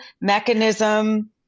mechanism